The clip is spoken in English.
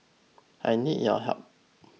I need your help